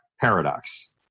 paradox